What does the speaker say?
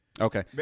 okay